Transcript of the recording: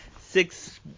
six